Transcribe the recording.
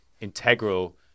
integral